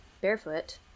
barefoot